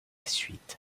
suite